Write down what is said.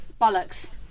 Bollocks